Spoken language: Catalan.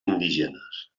indígenes